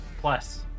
plus